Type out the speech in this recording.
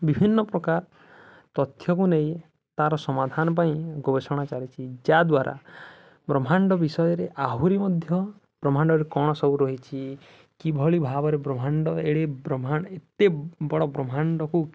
ବିଭିନ୍ନ ପ୍ରକାର ତଥ୍ୟକୁ ନେଇ ତାର ସମାଧାନ ପାଇଁ ଗବେଷଣା ଚାଲିଛି ଯାଦ୍ୱାରା ବ୍ରହ୍ମାଣ୍ଡ ବିଷୟରେ ଆହୁରି ମଧ୍ୟ ବ୍ରହ୍ମାଣ୍ଡରେ କ'ଣ ସବୁ ରହିଛି କିଭଳି ଭାବରେ ବ୍ରହ୍ମାଣ୍ଡ ଏଳି ବ୍ରହ୍ମାଣ୍ଡ ଏତେ ବଡ଼ ବ୍ରହ୍ମାଣ୍ଡକୁ